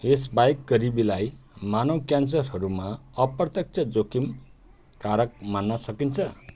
यसबाहेक गरिबीलाई मानव क्यान्सरहरूमा अप्रत्यक्ष जोखिम कारक मान्न सकिन्छ